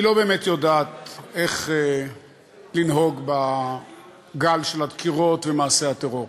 היא לא באמת יודעת איך לנהוג בגל הדקירות ומעשי הטרור,